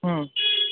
হুম